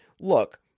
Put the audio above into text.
look